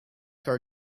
car